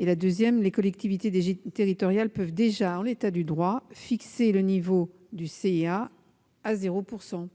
ensuite, les collectivités territoriales peuvent déjà, en l'état du droit, fixer le niveau du CIA à 0 %.